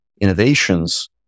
innovations